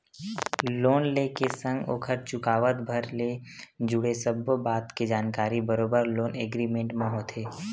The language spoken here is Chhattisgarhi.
लोन ले के संग ओखर चुकावत भर ले जुड़े सब्बो बात के जानकारी बरोबर लोन एग्रीमेंट म होथे